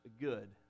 good